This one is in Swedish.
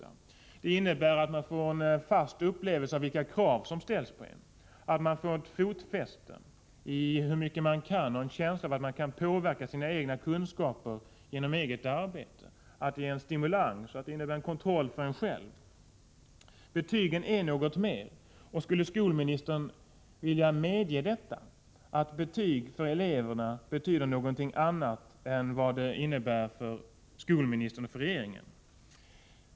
Betygen innebär att de får en klar anvisning om vilka krav som ställs på dem, att de får ett fotfäste i vetskapen om hur mycket de kan och en känsla av att de kan påverka sina kunskaper genom eget arbete. Betygen innebär här en stimulans samtidigt som de kan användas som en kontroll av det egna arbetet. Betygen är alltså något mer än bara ett urvalsinstrument. Skulle skolministern vilja medge att betygen betyder någonting annat för eleverna än vad de gör för skolministern och regeringen?